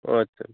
ও আচ্ছা